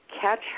catch